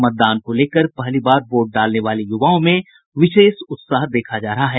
मतदान को लेकर पहली बार वोट डालने वाले युवाओं में विशेष उत्साह देखा जा रहा है